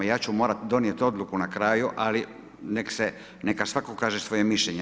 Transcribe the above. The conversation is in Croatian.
Ja ću morati donijeti odluku na kraju, ali neka svatko kaže svoje mišljenje.